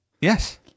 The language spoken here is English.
Yes